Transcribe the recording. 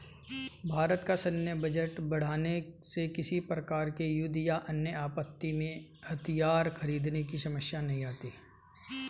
भारत का सैन्य बजट बढ़ाने से किसी प्रकार के युद्ध या अन्य आपत्ति में हथियार खरीदने की समस्या नहीं आती